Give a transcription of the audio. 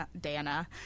Dana